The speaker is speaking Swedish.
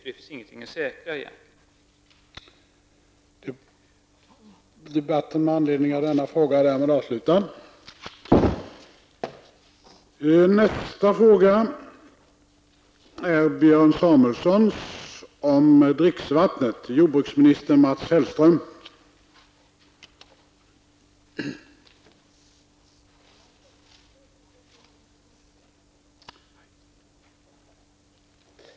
Det finns nämligen egentligen ingenting att säkra.